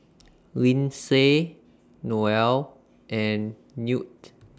Lyndsay Noel and Newt